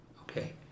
Okay